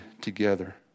together